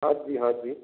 हाँ जी हाँ जी